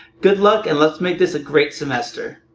good luck, and let's make this a great semester!